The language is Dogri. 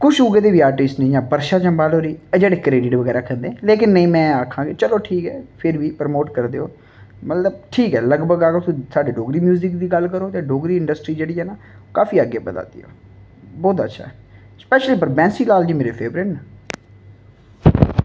कुछ उ'ऐ जेह् बी आर्टिस्ट न जियां वर्षा जम्बाल होई जेह्ड़े क्रैड्ट बगैरा करदे लेकिन नेईं में आक्खां कि चलो ठीक ऐ फिर बी प्रमोट करदे ओह् मतलब ठीक ऐ लगभग अगर साढ़े डोगरी म्यूजिक दी गल्ल करो ते डोगरी इंडस्ट्री जेह्ड़ी ऐ न काफी अग्गैं बधा दी ऐ बौह्त अच्छा स्पैशली बैंसी लाल जी मेरे फैवरट न